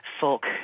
folk